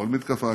כל מתקפה,